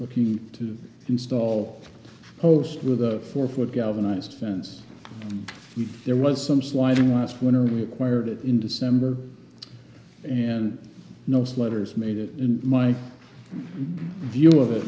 looking to install a post with a four foot galvanized fence if there was some sliding last winter we acquired it in december and knows letters made it in my view of it